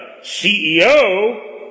CEO